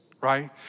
right